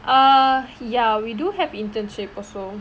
uh ya we do have internship also